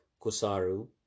Kusaru